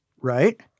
right